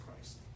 Christ